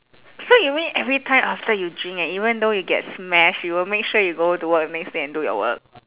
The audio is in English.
so you mean every time after you drink and even though you get smashed you will make sure you go to work next day and do your work